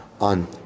on